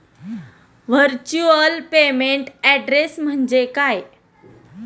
Virtual payment address म्हणजे काय?